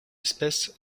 espèce